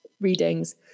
readings